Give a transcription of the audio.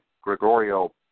Gregorio